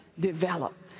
Develop